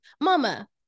Mama